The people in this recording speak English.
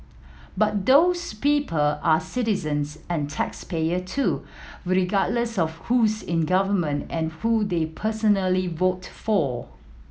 but those people are citizens and taxpayer too regardless of who's in government and who they personally voted for